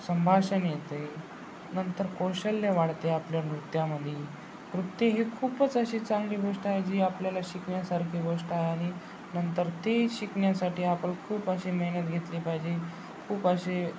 संभाषण येते नंतर कौशल्य वाढते आपल्या नृत्यामध्ये नृत्य हे खूपच अशी चांगली गोष्ट आहे जी आपल्याला शिकण्यासारखी गोष्ट आहे आणि नंतर ती शिकण्यासाठी आपल खूप अशी मेहनत घेतली पाहिजे खूप असे